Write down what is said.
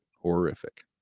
horrific